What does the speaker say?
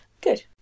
Good